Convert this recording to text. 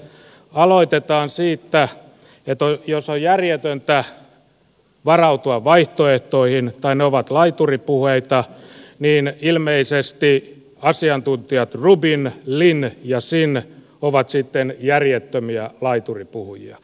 aloitetaan siitä että jos on järjetöntä varautua vaihtoehtoihin tai ne ovat laituripuheita niin ilmeisesti asiantuntijat roubini lynn ja sinn ovat sitten järjettömiä laituripuhujia